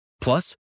Plus